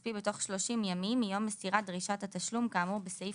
הכספי בתוך 30 ימים מיום מסירת דרישת התשלום כאמור בסעיף